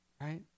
Right